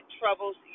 troubles